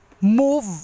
move